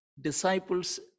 Disciples